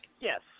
Yes